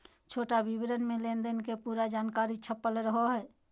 छोटा विवरण मे लेनदेन के पूरा जानकारी छपल रहो हय